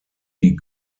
die